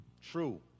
True